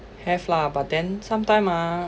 have lah but then sometime ah